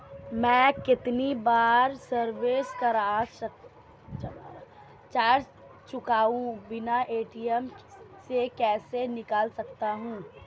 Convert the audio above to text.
मैं कितनी बार सर्विस चार्ज चुकाए बिना ए.टी.एम से पैसे निकाल सकता हूं?